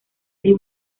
dio